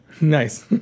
Nice